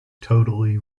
totally